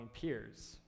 peers